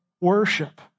worship